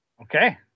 Okay